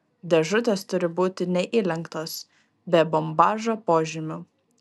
dėžutės turi būti neįlenktos be bombažo požymių